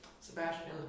Sebastian